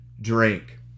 drink